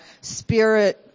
spirit